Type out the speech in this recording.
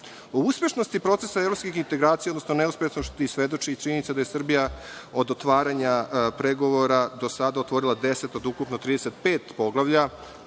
uspešnosti procesa evropskih integracija, odnosno neuspešnosti, svedoči i činjenica da je Srbija od otvaranja pregovora do sada otvorila deset od ukupno 35 Poglavlja,